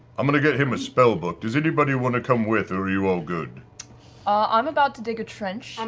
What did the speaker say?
i'm going to get him a spellbook. does anybody want to come with, or are you all good? marisha i'm about to dig a trench,